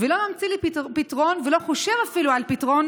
ולא ממציא לי פתרון ולא חושב אפילו על פתרון